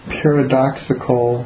paradoxical